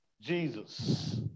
Jesus